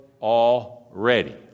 already